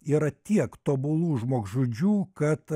yra tiek tobulų žmogžudžių kad